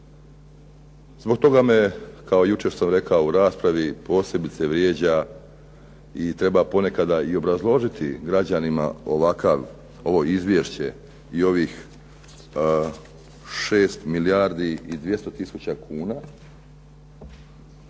Zbog toga me kao i jučer sam rekao u raspravi posebice vrijeđa i treba ponekad i obrazložiti građanima ovo izvješće i ovih 6 milijardi i 200 tisuća kuna